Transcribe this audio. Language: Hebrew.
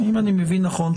אם אני מבין נכון,